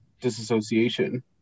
disassociation